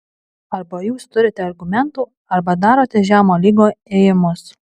arba jūs turite argumentų arba darote žemo lygio ėjimus